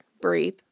breathe